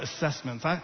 assessments